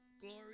glory